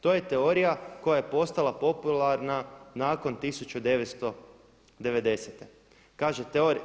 To je teorija koja je postala popularna nakon 1990.-te.